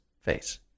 face